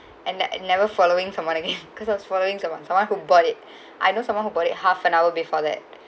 and then never following someone again because I was following someone someone who bought it I know someone who bought it half an hour before that